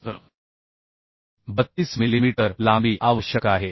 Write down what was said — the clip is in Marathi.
तर 32 मिलीमीटर लांबी आवश्यक आहे